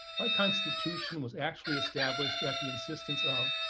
our constitution was actually established at the insistence of,